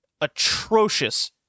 atrocious